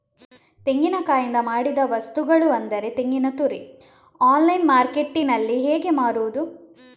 ತೆಂಗಿನಕಾಯಿಯಿಂದ ಮಾಡಿದ ವಸ್ತುಗಳು ಅಂದರೆ ತೆಂಗಿನತುರಿ ಆನ್ಲೈನ್ ಮಾರ್ಕೆಟ್ಟಿನಲ್ಲಿ ಹೇಗೆ ಮಾರುದು?